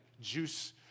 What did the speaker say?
juice